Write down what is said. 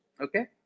okay